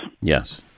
Yes